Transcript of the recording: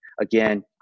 Again